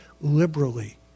liberally